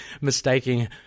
mistaking